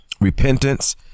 Repentance